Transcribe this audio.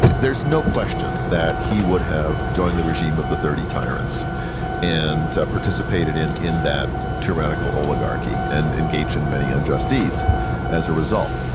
there's not question that he would have joined the regime of the thirty tyrants and participated in in that tyrannical oligarchy, and engaged in many unjust deeds as a result.